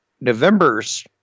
November's